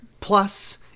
Plus